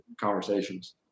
conversations